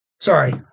Sorry